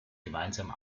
gemeinsam